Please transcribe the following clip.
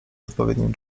odpowiednim